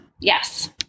Yes